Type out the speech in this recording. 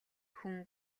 хүн